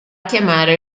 chiamare